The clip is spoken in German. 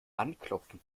anklopfen